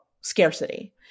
scarcity